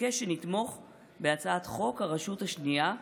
מבקש שנתמוך בהצעת חוק הרשות השנייה,